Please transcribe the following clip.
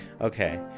okay